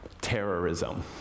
Terrorism